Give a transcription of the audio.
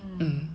um